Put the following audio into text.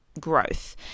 growth